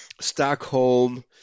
Stockholm